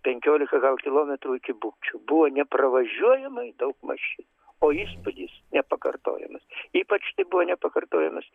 penkiolika gal kilometrų iki bukčių buvo nepravažiuojamai daug mašinų o įspūdis nepakartojamas ypač tai buvo nepakartojamas